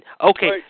Okay